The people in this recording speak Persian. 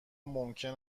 ممکن